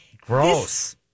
Gross